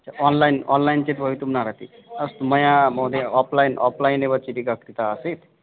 online online चेत्भवितुं नार्हति अस्तु मया महोदया आप्लैन् आप्लैनेव चिटिका आसीत्